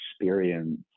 experience